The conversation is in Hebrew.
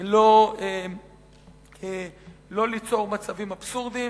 גם לא ליצור מצבים אבסורדיים.